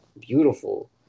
beautiful